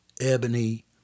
ebony